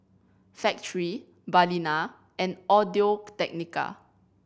Factorie Balina and Audio Technica